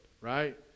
right